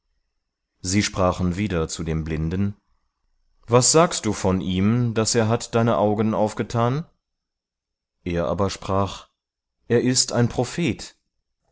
sie sprachen wieder zu dem blinden was sagst du von ihm daß er hat deine augen aufgetan er aber sprach er ist ein prophet